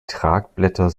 tragblätter